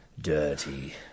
dirty